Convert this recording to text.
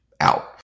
out